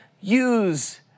use